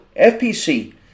fpc